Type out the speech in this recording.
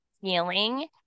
feeling